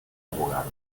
abogados